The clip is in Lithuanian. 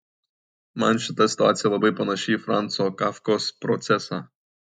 man šita situacija labai panaši į franco kafkos procesą